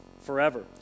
forever